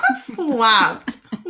slapped